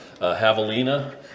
javelina